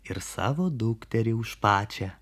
ir savo dukterį už pačią